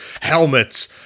helmets